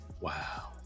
Wow